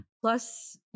plus